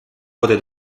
wurde